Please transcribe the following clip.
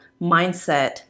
Mindset